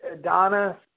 Donna